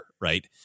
right